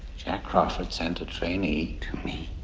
jack crawford sent a trainee to me?